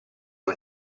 non